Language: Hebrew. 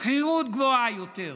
גבוהה יותר.